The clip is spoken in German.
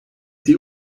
die